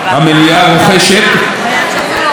רוחשת חיים וחיוניות,